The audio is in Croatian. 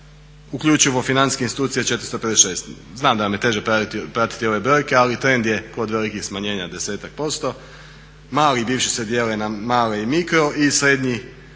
uključivo financijske institucije 456. Znam da vam je teže pratiti ove brojke ali trend je kod velikih smanjenja 10-ak posto. Mali bivši se dijele na male i mikro i srednji